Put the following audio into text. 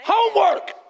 Homework